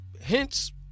hence